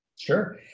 Sure